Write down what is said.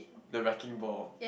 the wrecking ball